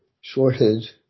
shortage